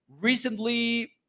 recently